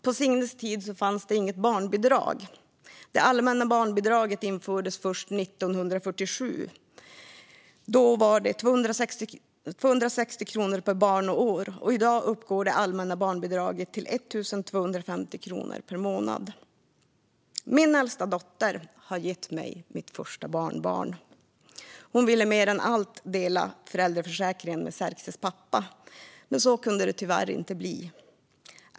På Signes tid fanns det inget barnbidrag. Det allmänna barnbidraget infördes först 1947. Då var det 260 kronor per barn och år, och i dag uppgår det allmänna barnbidraget till 1 250 kronor per månad. Min äldsta dotter har gett mig mitt första barnbarn. Hon ville mer än allt dela föräldraförsäkringen med Xzerxez pappa, men så kunde det tyvärr inte bli.